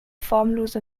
formlose